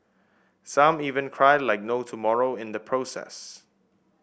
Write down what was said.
some even cried like no tomorrow in the process